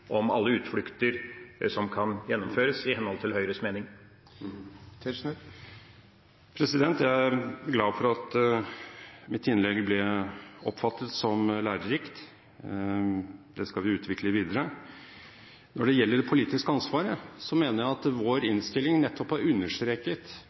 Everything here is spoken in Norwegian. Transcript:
om alle utflukter som kan gjennomføres, i henhold til Høyres mening? Jeg er glad for at mitt innlegg ble oppfattet som lærerikt. Det skal vi utvikle videre. Når det gjelder det politiske ansvaret, mener jeg at vår innstilling nettopp har understreket